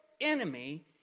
enemy